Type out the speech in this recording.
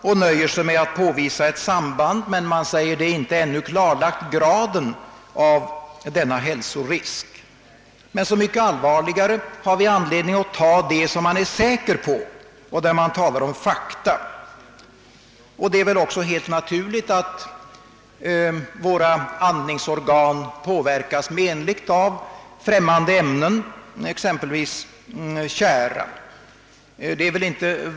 Man nöjer sig med att påvisa ett sam band, men tillägger att graden av denna hälsorisk ännu inte blivit klarlagd. Så mycket allvarligare har vi anledning att ta det som man är säker på och där man talar om fakta. Det är väl också helt naturligt att våra andningsorgan påverkas menligt av främmande ämnen, exempelvis tjära.